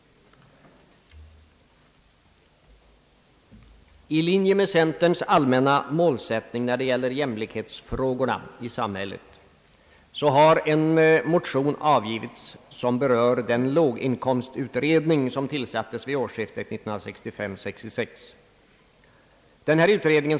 I linje med centerns allmänna målsättning när det gäller jämlikhetsfrågorna i samhället har en motion avgivits, som berör den låginkomstutredning som tillsattes vid årsskiftet 1965— 1966.